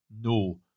no